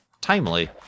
timely